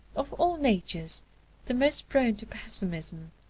of all natures the most prone to pessimism,